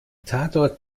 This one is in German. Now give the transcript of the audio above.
tatort